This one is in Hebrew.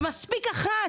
ומספיק אחת,